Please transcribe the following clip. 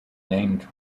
named